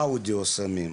אודיו סמים,